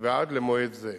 ועד למועד זה.